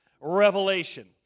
Revelation